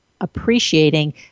appreciating